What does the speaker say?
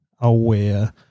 aware